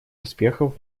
успехов